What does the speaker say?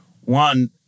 One